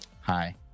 Hi